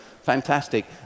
Fantastic